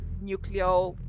nuclear